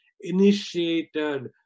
initiated